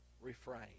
refrain